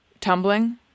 tumbling